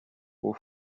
aux